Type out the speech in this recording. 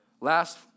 Last